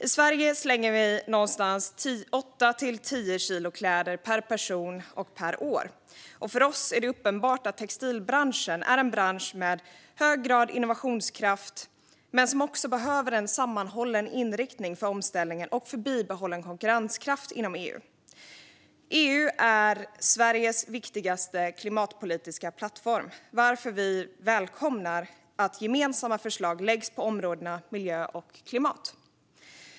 I Sverige slänger vi 8-10 kilo kläder per person och år. För oss är det uppenbart att textilbranschen är en bransch med en hög grad av innovationskraft, som dock behöver en sammanhållen inriktning för omställningen och för bibehållen konkurrenskraft inom EU. EU är Sveriges viktigaste klimatpolitiska plattform, varför vi välkomnar att gemensamma förslag läggs fram på områdena miljö och klimat.